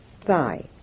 thigh